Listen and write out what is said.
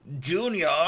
Junior